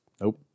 Nope